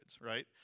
right